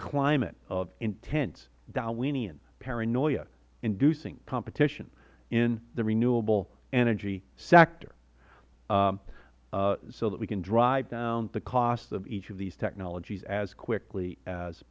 climate of intense darwinian paranoia inducing competition in the renewable energy sector so that we can drive down the cost of each of these technologies as quickly as